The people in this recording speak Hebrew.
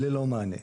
ללא מענה.